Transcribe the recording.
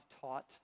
taught